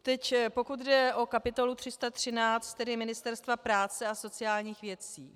Teď pokud jde o kapitolu 313, tedy Ministerstva práce a sociálních věcí.